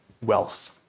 wealth